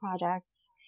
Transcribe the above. projects